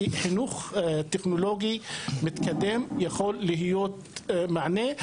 שחינוך טכנולוגי מתקדם יכול להיות מענה.